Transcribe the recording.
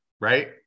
right